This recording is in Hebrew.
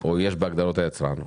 או יש בהגדרות היצרן.